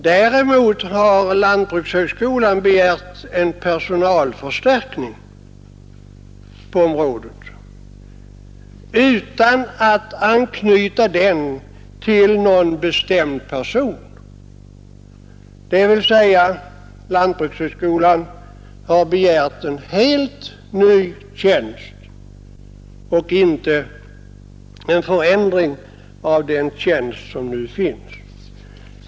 Däremot har lantbrukshögskolan begärt en personalförstärkning på området utan att anknyta den till någon bestämd person — dvs. lantbrukshögskolan har begärt en helt ny tjänst och inte en förändring av den tjänst som nu finns.